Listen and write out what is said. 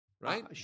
Right